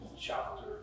chapter